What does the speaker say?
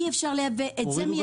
אי אפשר לייבא את זה,